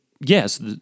yes